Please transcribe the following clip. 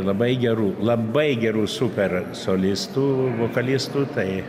labai gerų labai gerų super solistų vokalistų tai